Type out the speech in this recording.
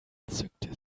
zückte